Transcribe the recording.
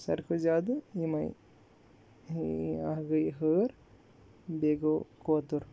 ساروٕے کھۄتہٕ زیادٕ یِمَے اَکھ گٔے ہٲر بیٚیہِ گوٚو کوتُر